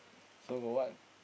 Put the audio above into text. so got what